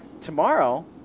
tomorrow